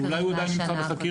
אולי הוא עדיין נמצא בחקירה.